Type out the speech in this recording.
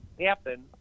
happen